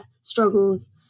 struggles